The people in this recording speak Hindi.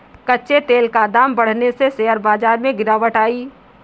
कच्चे तेल का दाम बढ़ने से शेयर बाजार में गिरावट आई